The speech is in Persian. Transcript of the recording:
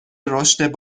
رشد